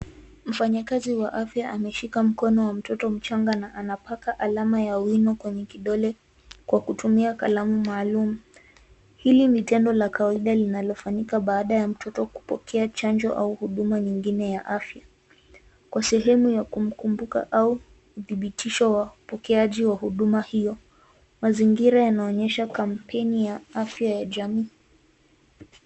Mfanyakazi wa afya ameshika mkono wa mtoto mchanga na anapaka alama ya wino kwenye kidole kwa kutumia kalamu maalum. Hili ni tendo la kawaida linalofanyika baada ya mtoto kupokea chanjo au huduma nyingine ya afya, kwa sehemu ya kumkubuka au udhibitisho wa upokeaji wa huduma hiyo. Mazingira yanaonyesha kampeni ya afya ya jamii.